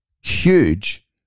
huge